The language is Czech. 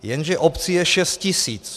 Jenže obcí je 6 tisíc.